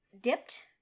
dipped